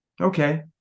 okay